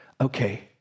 okay